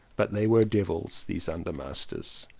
but they were devils! these undermasters,